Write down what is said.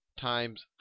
times